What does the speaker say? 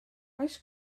oes